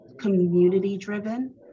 community-driven